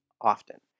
often